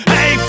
Hey